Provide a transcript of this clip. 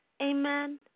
amen